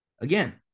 Again